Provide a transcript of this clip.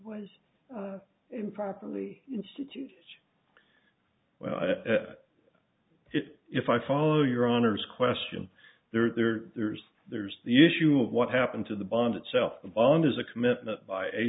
was improperly institute which if i follow your honor's question there there there's there's the issue of what happened to the bond itself bond is a commitment by a